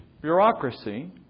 bureaucracy